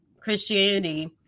Christianity